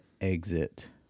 exit